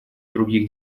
других